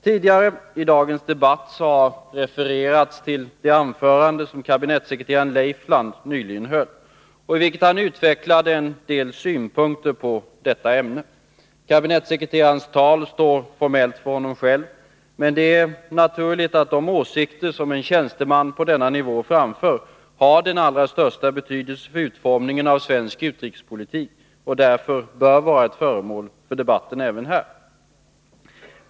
Tidigare i dagens debatt har refererats till det anförande som kabinettsekreteraren Leifland nyligen höll och i vilket han utvecklade en del synpunkter på detta ämne. Kabinettsekreterarens tal står formellt för honom själv, men det är naturligt att de åsikter som en tjänsteman på den nivån framför har den allra största betydelse för utformningen av svensk utrikespolitik. Därför bör dessa åsikter bli föremål för debatt även här.